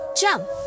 jump